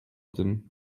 tym